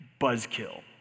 buzzkill